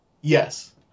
yes